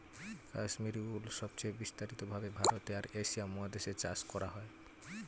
কাশ্মীরি উল সবচেয়ে বিস্তারিত ভাবে ভারতে আর এশিয়া মহাদেশে চাষ করা হয়